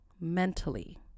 mentally